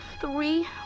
three